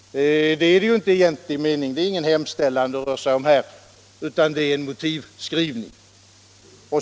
Det är det nämligen inte i egentlig mening. Det rör sig inte om någon hemställan här, utan det är en motivskrivning.